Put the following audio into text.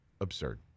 absurd